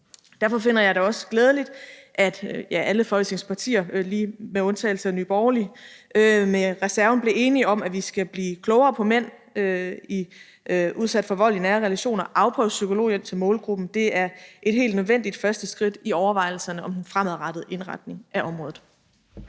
Derfor finder jeg det også glædeligt, at alle Folketingets partier lige med undtagelse af Nye Borgerlige med reserven blev enige om, at vi skal blive klogere på mænd udsat for vold i nære relationer og afprøve psykologhjælp til målgruppen. Det er et helt nødvendigt første skridt i overvejelserne om den fremadrettede indretning af området.